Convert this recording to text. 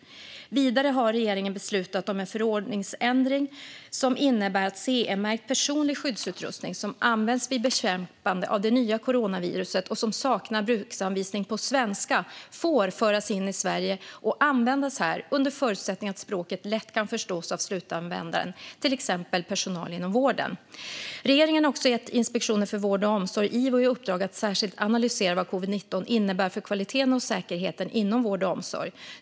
Vidare har regeringen beslutat om en förordningsändring som innebär att CE-märkt personlig skyddsutrustning som används vid bekämpande av det nya coronaviruset och som saknar bruksanvisning på svenska får föras in i Sverige och användas här under förutsättning att språket lätt kan förstås av slutanvändaren, till exempel personal inom vården. Regeringen har också gett Inspektionen för vård och omsorg, IVO, i uppdrag att särskilt analysera vad covid-19 innebär för kvaliteten och säkerheten inom vård och omsorg.